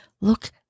Look